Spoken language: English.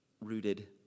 rooted